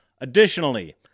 Additionally